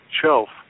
shelf